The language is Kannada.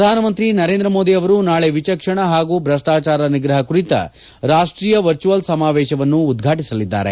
ಪ್ರಧಾನಮಂತ್ರಿ ನರೇಂದ್ರ ಮೋದಿ ಅವರು ನಾಳಿ ವಿಚಕ್ಷಣಾ ಹಾಗೂ ಭ್ರಷ್ಟಾಚಾರ ನಿಗ್ರಹ ಕುರಿತ ರಾಷ್ಟೀಯ ವರ್ಚುಯಲ್ ಸಮಾವೇಶವನ್ನು ಉದ್ವಾಟಿಸಲಿದ್ದಾರೆ